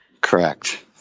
Correct